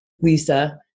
Lisa